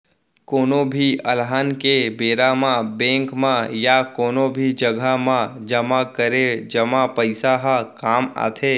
कोनो भी अलहन के बेरा म बेंक म या कोनो भी जघा म जमा करे जमा पइसा ह काम आथे